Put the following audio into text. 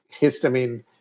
histamine